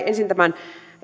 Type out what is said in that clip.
ensin tämän